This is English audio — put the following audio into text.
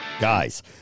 Guys